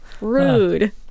Rude